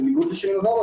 בניגוד לשנים עברו,